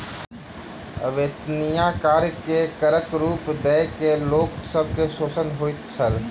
अवेत्निया कार्य के करक रूप दय के लोक सब के शोषण होइत छल